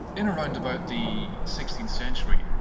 in around about the sixteenth century,